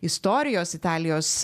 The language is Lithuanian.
istorijos italijos